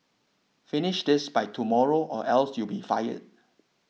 finish this by tomorrow or else you'll be fired